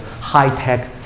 high-tech